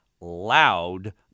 loud